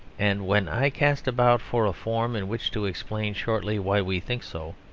and when i cast about for a form in which to explain shortly why we think so,